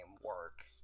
work